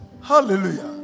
Hallelujah